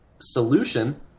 solution